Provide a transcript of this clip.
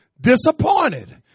Disappointed